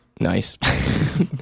Nice